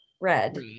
red